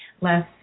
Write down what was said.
less